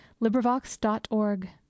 Librivox.org